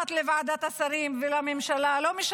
לוועדת השרים ולממשלה, לא אכפת.